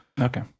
Okay